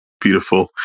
beautiful